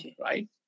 right